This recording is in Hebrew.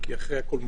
כי אחרי הכול,